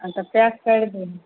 आओर तऽ पैक करि दहो